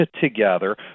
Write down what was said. together